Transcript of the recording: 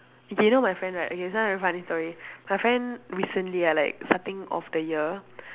okay you know my friend right okay this one very funny story my friend recently ah like starting of the year